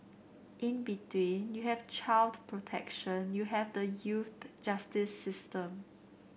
in between you have child protection you have the youth justice system